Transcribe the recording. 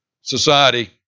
Society